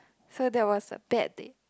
so that was a bad day